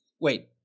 Wait